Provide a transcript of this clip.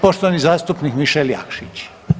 Poštovani zastupnik Mišel Jakšić.